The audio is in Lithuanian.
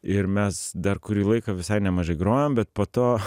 ir mes dar kurį laiką visai nemažai grojom bet po to